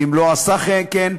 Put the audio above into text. ואם לא עשה כן,